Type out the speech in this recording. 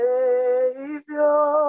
Savior